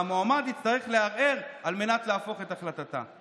והמועמד יצטרך לערער על מנת להפוך את החלטתה.